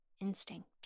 instinct